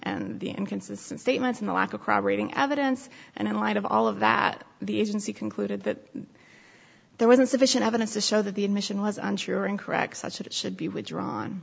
and the inconsistent statements in the lack of crowd rating evidence and in light of all of that the agency concluded that there was insufficient evidence to show that the admission was untrue or incorrect such that it should be withdrawn